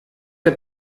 der